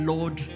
Lord